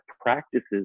practices